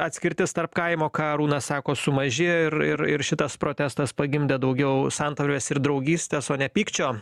atskirtis tarp kaimo ką arūnas sako sumažėjo ir ir ir šitas protestas pagimdė daugiau santarvės ir draugystės o ne pykčio